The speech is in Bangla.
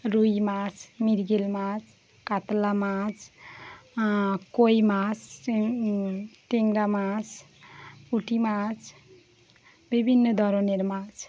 রুই মাছ মৃগেল মাছ কাতলা মাছ কই মাছ ট্যাংরা মাছ পুঁটি মাছ বিভিন্ন ধরনের মাছ